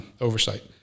oversight